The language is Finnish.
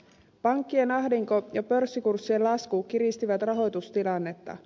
pankkien ahdinko ja pörssikurssien lasku kiristivät rahoitustilannetta